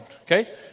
okay